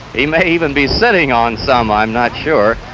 he may even be sitting on some, i'm not sure.